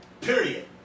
Period